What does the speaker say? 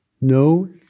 No